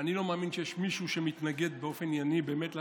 אני לא מאמין שיש מי שמתנגד באופן ענייני באמת להצעה.